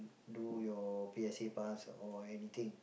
do your P_S_A pass or anything